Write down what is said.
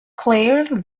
claire